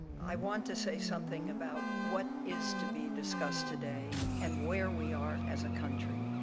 i want to say something about what is to be discussed today and where we are as a country.